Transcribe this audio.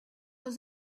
aux